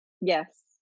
Yes